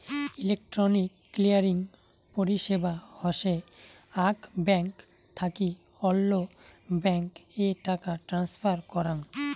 electronic clearing পরিষেবা হসে আক ব্যাঙ্ক থাকি অল্য ব্যাঙ্ক এ টাকা ট্রান্সফার করাঙ